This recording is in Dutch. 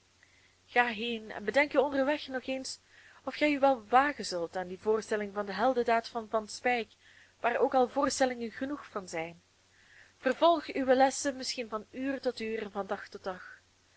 ga heen en bedenk u onderweg nog eens of gij u wel wagen zult aan die voorstelling van de heldendaad van van speyk waar ook al voorstellingen genoeg van zijn vervolg uwe lessen van uur tot uur en van dag tot dag